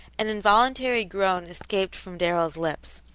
an involuntary groan escaped from darrell's lips.